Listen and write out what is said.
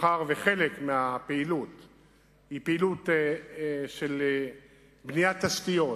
מאחר שחלק מהפעילות היא פעילות של בניית תשתיות,